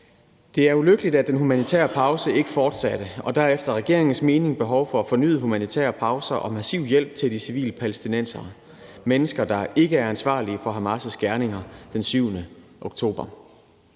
Det er ulykkeligt, at den humanitære pause ikke fortsatte, og der er efter regeringens mening behov for fornyede humanitære pauser og massiv hjælp til de civile palæstinensere – mennesker, der ikke er ansvarlige for Hamas' gerninger den 7. oktober.